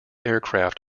aircraft